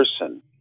person